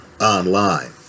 online